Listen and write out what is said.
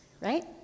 right